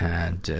and, ah,